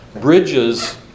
Bridges